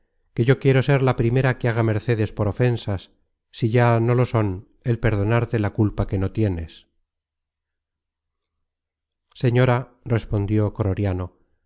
que yo quiero ser la primera que haga mercedes por ofensas si ya no lo son el perdonarte la culpa que no tienes